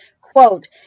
Quote